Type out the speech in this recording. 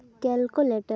calculator